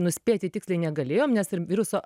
nuspėti tiksliai negalėjom nes ir viruso